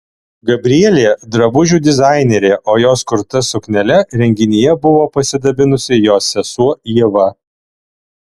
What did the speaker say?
gabrielė drabužių dizainerė o jos kurta suknele renginyje buvo pasidabinusi jos sesuo ieva